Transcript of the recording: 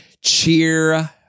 Cheer